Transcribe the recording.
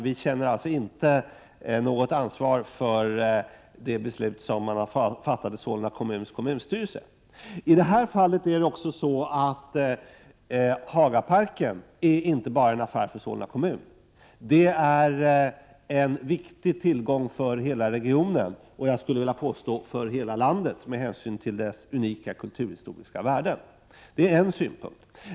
Vi känner alltså inte något ansvar för det beslut som Solna kommuns kommunstyrelse har fattat. Hagaparken är dessutom inte en angelägenhet bara för Solna kommun. Den är en viktig tillgång för hela regionen — och för hela landet skulle jag vilja påstå — med hänsyn till dess unika kulturhistoriska värde. Det är en synpunkt.